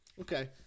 Okay